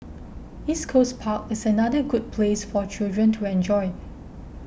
East Coast Park is another good place for children to enjoy